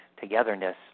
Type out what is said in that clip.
togetherness